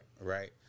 Right